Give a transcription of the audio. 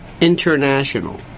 international